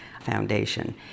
foundation